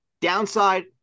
downside